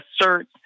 assert